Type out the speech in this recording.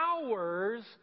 hours